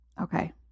okay